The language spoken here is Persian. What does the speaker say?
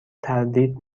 تردید